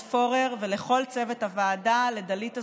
פורר ולכל צוות הוועדה: לדלית אזולאי,